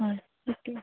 হয় তাকেই